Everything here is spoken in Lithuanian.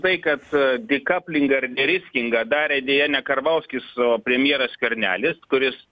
tai kad dekaplingą ir deriskingą darė deja ne karbauskis o premjeras skvernelis kuris